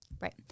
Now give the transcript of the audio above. right